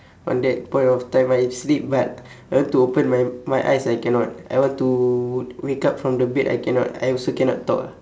on that point of time I sleep but I want to open my my eyes I cannot I want to wake up from the bed I cannot I also cannot talk ah